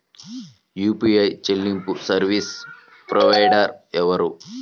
UPI చెల్లింపు service provider ఎవరు?